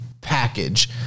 package